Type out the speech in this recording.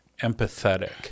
empathetic